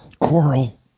Coral